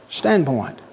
standpoint